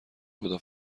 خدا